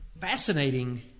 fascinating